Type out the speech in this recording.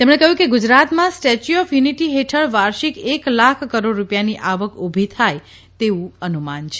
તેમણે કહ્યુ કે ગુજરાતમાં સ્ટેચ્યુ ઓપ યુનિટી હેઠળ વાર્ષિક એક લાખ કરોડ રૂપિયાની આવક ઊભી થાય તેવુ અનુમાન છે